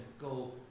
go